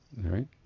right